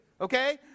Okay